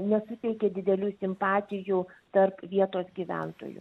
nesuteikė didelių simpatijų tarp vietos gyventojų